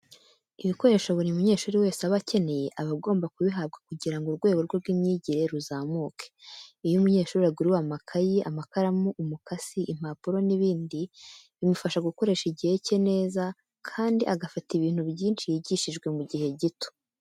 Ibikoresho buri munyeshuri wese aba akeneye, aba agomba kubihabwa kugira ngo urwego rwe rw'imyigire ruzamuke. Iyo umunyeshuri aguriwe amakayi, amakaramu, umukasi, impapuro n'ibindi, bimufasha gukoresha igihe cye neza, kandi agafata ibintu byinshi yigishijwe mu gihe gito.